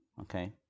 okay